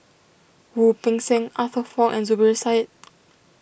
Wu Peng Seng Arthur Fong and Zubir Said